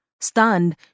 Stunned